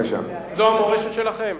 זו המורשת שלכם?